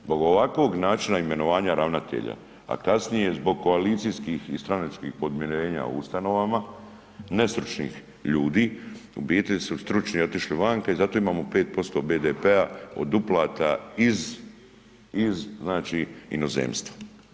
Zbog ovakvog načina imenovanja ravnatelja a kasnije zbog koalicijskih i stranačkih podmirenja u ustanovama nestručnih ljudi, u biti su stručni otišli vanka i zato imamo 5% BDP-a od uplata iz znači inozemstva.